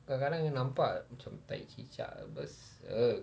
kadang-kadang nampak macam tahi cicak bes~ err